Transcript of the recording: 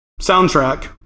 soundtrack